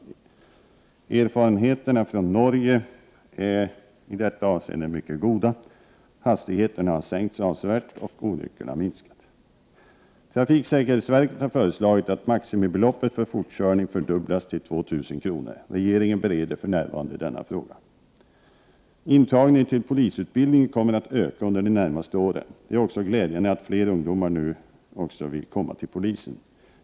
Erfarenheterna från Norge är i detta avseende mycket goda. Hastigheterna har sänkts avsevärt och olyckorna har minskat. Prot. 1988/89:124 fördubblas till 2 000 kr. Regeringen bereder för närvarande denna fråga. Intagningen till polisutbildningen kommer att öka under de närmaste åren. Det är också glädjande att fler ungdomar nu också vill komma till polisen.